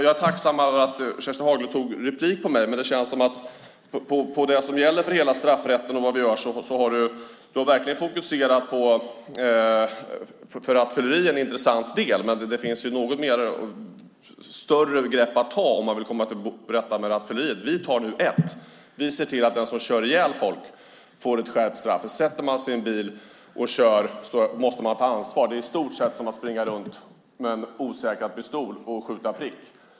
Jag uppskattar att du begärde replik på mig, Kerstin Haglö, men ser man på hela straffrätten och vad vi gör där har du verkligen fokuserat på en detalj. Rattfylleri är en viktig fråga, men det finns större grepp att ta om man vill komma till rätta med detta. Ett är att se till att de som kör ihjäl folk får skärpt straff. Sätter man sig i en bil måste man ta ansvar. Att köra onykter kan liknas vid att springa runt med en osäkrad pistol och skjuta prick.